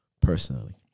personally